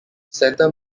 santa